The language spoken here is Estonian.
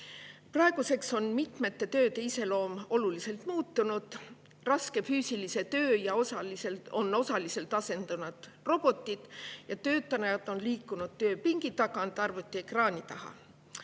Praeguseks on paljude tööde iseloom oluliselt muutunud. Raske füüsilise töö on osaliselt asendanud robotid ja töötaja on liikunud tööpingi tagant arvutiekraani taha.